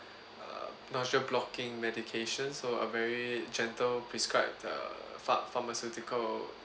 err nausea blocking medication so are very gentle prescribed err phar~ pharmaceutical